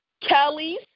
Kelly's